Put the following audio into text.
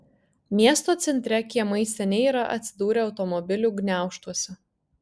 miesto centre kiemai seniai yra atsidūrę automobilių gniaužtuose